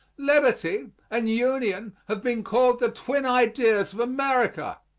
liberty and union have been called the twin ideas of america.